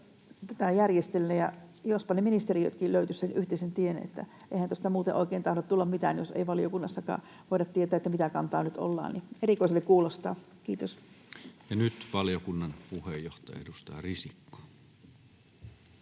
tätä järjestellä. Jospa ne ministeriötkin löytäisivät sen yhteisen tien, eihän tästä muuten oikein tahdo tulla mitään, jos ei valiokunnassakaan voida tietää, mitä kantaa nyt ollaan. Erikoiselta kuulostaa. — Kiitos. [Speech 181] Speaker: